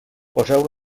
poseu